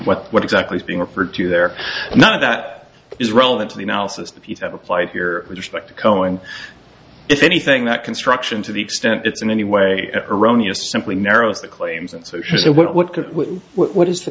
what exactly is being referred to there none of that is relevant to the analysis if you have applied here with respect to cohen if anything that construction to the extent it's in any way erroneous simply narrows the claims and so has the what could what is the